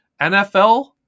NFL